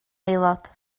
aelod